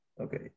Okay